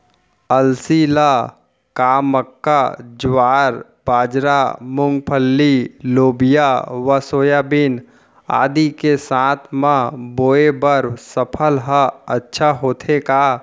अलसी ल का मक्का, ज्वार, बाजरा, मूंगफली, लोबिया व सोयाबीन आदि के साथ म बोये बर सफल ह अच्छा होथे का?